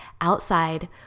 outside